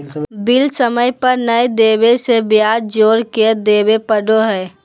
bill समय पर नयय देबे से ब्याज जोर के देबे पड़ो हइ